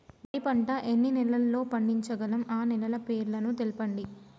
వరి పంట ఎన్ని నెలల్లో పండించగలం ఆ నెలల పేర్లను తెలుపండి?